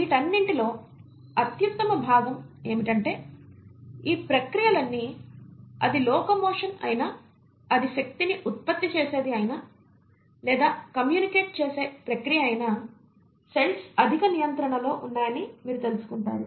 వీటన్నింటిలో అత్యుత్తమ భాగం ఏమిటంటే ఈ ప్రక్రియలన్నీ అది లోకోమోషన్ అయినా అది శక్తిని ఉత్పత్తి చేసేది అయినా లేదా కమ్యూనికేట్ చేసే ప్రక్రియ అయినా సెల్స్ అధిక నియంత్రణలో ఉన్నాయని మీరు తెలుసుకుంటారు